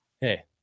Hey